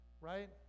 right